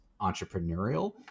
entrepreneurial